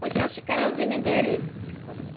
أسۍ حظ چھِ کَران زٔمیٖندٲری